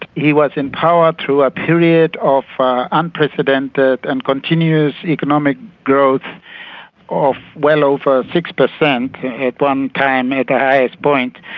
he was in power through a period of ah unprecedented and continuous economic growth of well over six per cent. at one time, at the highest point,